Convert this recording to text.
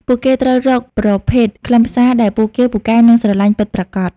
ពួកគេត្រូវរកប្រភេទខ្លឹមសារដែលពួកគេពូកែនិងស្រលាញ់ពិតប្រាកដ។